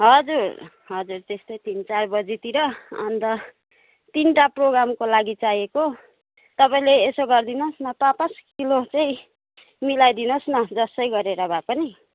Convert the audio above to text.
हजुर हजुर त्यस्तै तिन चारबजेतिर अन्त तिनवटा प्रोग्रामको लागि चाहिएको तपाईँले यसो गरिदिनुहोस् म पाँच पाँच किलो चाहिँ मिलाइदिनुहोस् न जसै गरेर भए पनि